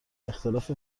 اختلاف